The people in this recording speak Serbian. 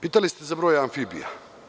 Pitali ste za broj amfibija.